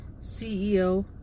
CEO